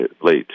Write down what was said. late